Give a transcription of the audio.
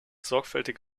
sorgfältig